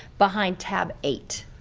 behind tab eight.